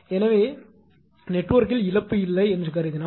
எனவே நெட்வொர்க்கில் இழப்பு இல்லை என்று கருதினால்